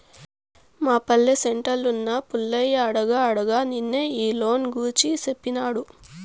మా పల్లె సెంటర్లున్న పుల్లయ్య అడగ్గా అడగ్గా నిన్నే ఈ లోను గూర్చి సేప్పినాడు